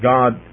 God